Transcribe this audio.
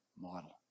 model